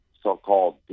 so-called